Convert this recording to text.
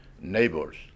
neighbors